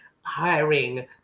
hiring